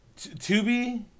Tubi